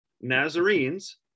Nazarenes